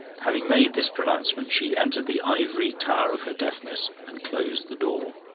having made this pronouncement, she entered the ivory tower of her deafness and closed the door.